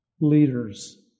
leaders